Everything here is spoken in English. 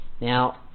Now